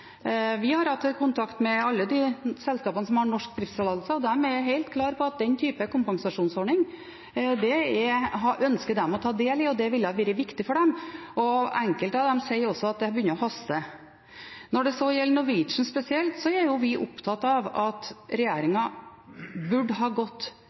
Vi har hatt tett kontakt med alle de selskapene som har norsk driftstillatelse. De er helt klare på at den type kompensasjonsordning ønsker de å ta del i, og det ville være viktig for dem. Enkelte av dem sier også at det begynner å haste. Når det gjelder Norwegian spesielt, er vi opptatt av at regjeringen burde ha gått